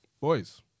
Boys